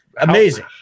Amazing